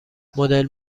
مدل